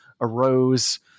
arose